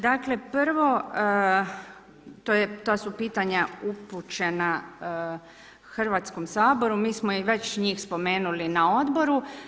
Dakle, prvo, ta su pitanja upućena Hrvatskom saboru, mi smo već njih spomenuli na odboru.